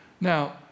Now